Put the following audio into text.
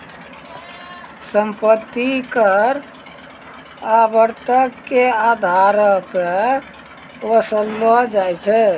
सम्पति कर आवर्तक के अधारो पे वसूललो जाय छै